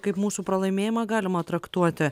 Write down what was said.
kaip mūsų pralaimėjimą galima traktuoti